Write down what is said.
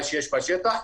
מה שיש בשטח,